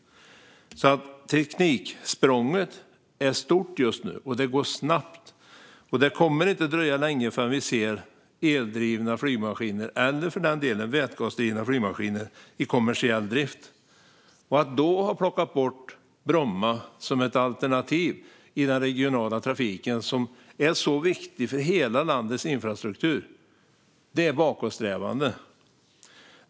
Tekniksprånget är alltså stort just nu, och det går snabbt. Det kommer inte att dröja länge innan vi ser eldrivna flygmaskiner eller, för den delen, vätgasdrivna flygmaskiner i kommersiell drift. Att då ha plockat bort Bromma som ett alternativ i den regionala trafiken - Bromma flygplats är viktig för hela landets infrastruktur - är bakåtsträvande.